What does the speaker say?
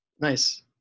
nice